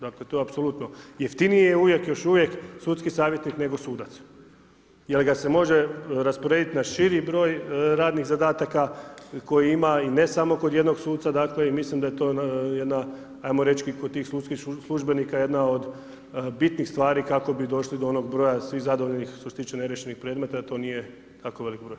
Dakle to apsolutno jeftinije je još uvijek sudski savjetnik nego sudac jer ga se može rasporediti na širi broj radnih zadataka koji ima i ne samo kod jednog suca i mislim da je to jedna ajmo reći kod tih sudskih službenika, jedna od bitnih stvari kako bi došlo do onog broja svih zadovoljnih što se tiče neriješenih predmeta da to nije tako velik broj.